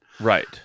right